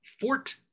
Fort